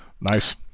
Nice